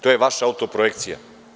To je vaša autoprojekcija.